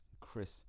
Chris